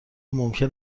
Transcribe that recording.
ممکن